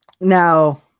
Now